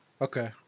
Okay